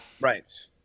Right